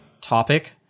topic